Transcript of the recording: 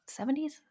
70s